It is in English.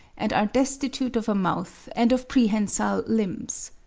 and are destitute of a mouth and of prehensile limbs.